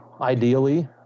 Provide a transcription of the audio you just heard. Ideally